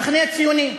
המחנה הציוני,